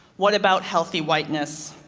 what about healthy whiteness?